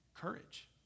courage